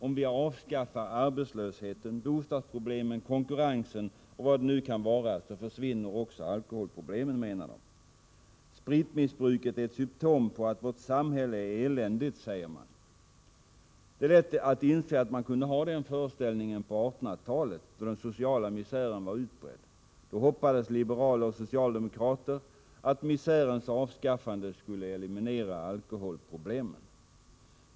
Om vi avskaffar arbetslösheten, bostadsproblemen, konkurrensen och vad det nu kan vara, försvinner också alkoholproblemen, menar de. Spritmissbruket är ett symptom på att vårt samhälle är eländigt, säger man. Det är lätt att inse att man kunde ha den föreställningen på 1800-talet, då den sociala misären var utbredd. Då hoppades liberaler och socialdemokrater att.misärens avskaffande skulle eliminera alkoholproblemen.